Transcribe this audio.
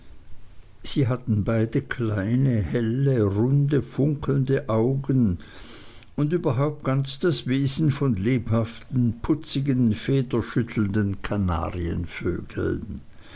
sie hatten beide kleine helle runde funkelnde augen und überhaupt ganz das wesen von lebhaften putzigen